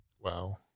Wow